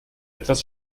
etwas